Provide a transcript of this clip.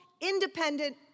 independent